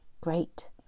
Great